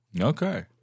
Okay